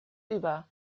über